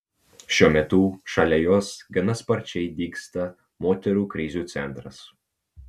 šiuo metu šalia jos gana sparčiai dygsta moterų krizių centras